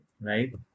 right